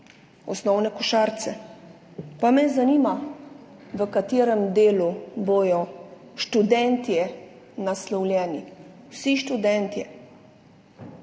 osnovne košarice. Pa me zanima, v katerem delu bodo študentje naslovljeni, vsi študentje.